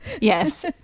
Yes